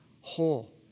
whole